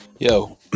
Yo